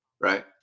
right